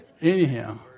Anyhow